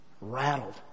rattled